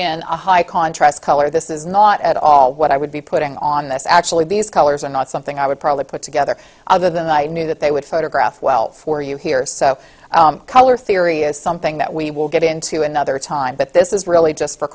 in a high contrast color this is not at all what i would be putting on this actually these colors are not something i would probably put together other than i knew that they would photograph well for you here so color theory is something that we will get into another time but this is really just for